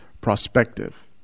prospective